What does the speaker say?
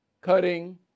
cutting